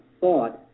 thought